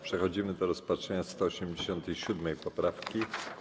Przechodzimy do rozpatrzenia 187. poprawki.